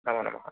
नमो नमः